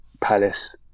Palace